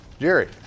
Jerry